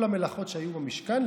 כל המלאכות שהיו במשכן,